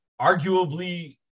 arguably